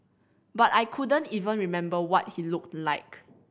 but I couldn't even remember what he looked like